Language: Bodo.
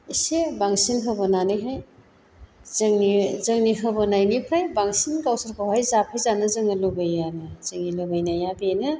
एसे बांसिन होबोनानैहाय जोंनि होबोनायनिफ्राय बांसिन गावसोरखौहाय जाफैजानो जोङो लुबैयो आरो जोंनि लुबैनाया बेनो